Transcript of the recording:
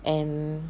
and